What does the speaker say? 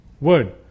word